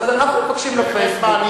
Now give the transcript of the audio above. אז אנחנו מבקשים ל"פייסבוק".